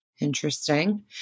Interesting